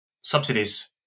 subsidies